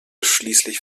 schließlich